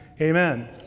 Amen